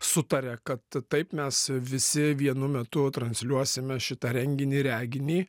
sutaria kad taip mes visi vienu metu transliuosime šitą renginį reginį